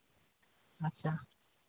ᱟᱪᱪᱷᱟ